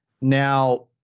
Now